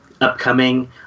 upcoming